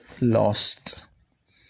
lost